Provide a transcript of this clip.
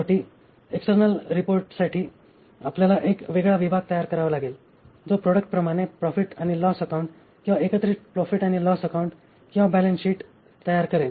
शेवटी एक्सटर्नल रिपोर्टसाठी आपल्याला एक वेगळा विभाग तयार करावा लागेल जो प्रोडक्ट प्रमाणे प्रॉफिट आणि लॉस अकाउंट किंवा एकत्रित प्रॉफिट आणि लॉस अकाऊन्ट आणि बॅलेन्स शीट तयार करेल